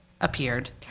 appeared